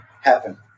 Happen